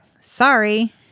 sorry